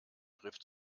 griff